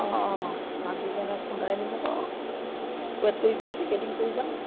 অঁ অঁ ভাজি কেনে খুন্দাই নিম আকৌ ৱেট কৰি কৰি পেকেটিং কৰি যাম